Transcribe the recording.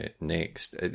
next